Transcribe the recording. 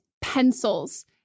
pencils